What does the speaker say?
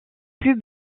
plus